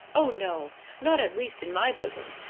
oh, no not at least in my bosom,